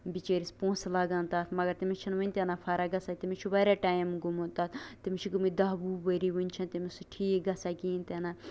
بِچٲرِس پوٚنسہٕ لَگان تَتھ مگر تٔمِس چھِنہٕ وُنہِ تہِ نہٕ فرق گژھان تٔمِس چھُ واریاہ ٹایم گوٚومُت تَتھ تٔمِس چھِ گٲمٕتۍ دَہ وُہ ؤری ؤنہِ چھَنہٕ تٔمِس سُہ ٹھیٖک گژھان کِہیٖنٛۍ تہِ نہٕ